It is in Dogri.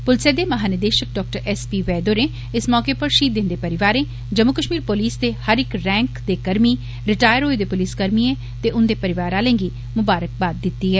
पुलसै दे महानिदेशक डाक्टर एस पी वेद होरें इस मौके पर शहीदें दे परिवारें जम्मू कश्मीर पोलिस दे हर इक रेंक दे कर्मी रिटायर होए दे पुलिसकर्मिए ते उन्दे परिवार आलें गी मुबारक बाद दिती ऐ